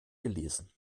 gelesen